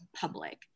public